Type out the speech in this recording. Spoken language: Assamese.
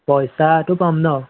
পইচাটো পাম ন